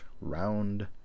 round